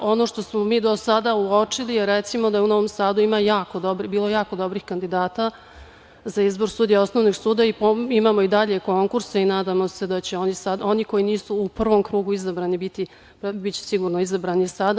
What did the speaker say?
Ono što smo mi do sada uočili je recimo, da je u Novom Sadu bilo jako dobrih kandidata za izbor sudija Osnovnog suda i imamo i dalje konkurse i nadamo se da će oni koji nisu u prvom krugu izabrani biti sigurno izabrani sada.